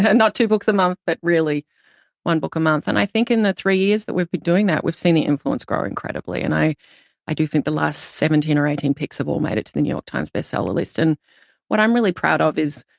and not two books a month, but really one book a month. and i think in the three years that we've been doing that, we've seen the influence grow incredibly. and i i do think the last seventeen or eighteen picks have all made it to the new york times best seller lists. and what i'm really proud of is,